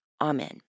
Amen